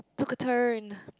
took a turn